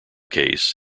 case